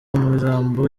imirambo